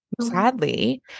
sadly